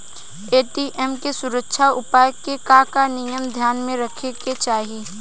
ATM के सुरक्षा उपाय के का का नियम ध्यान में रखे के चाहीं?